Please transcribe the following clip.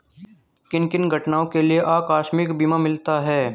किन किन घटनाओं के लिए आकस्मिक बीमा मिलता है?